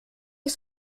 ist